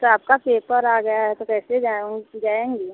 sir आपका paper आ गया है तो कैसे जाऊँ जाएँगी